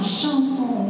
chanson